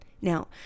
Now